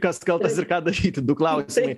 kas kaltas ir ką daryti du klausimai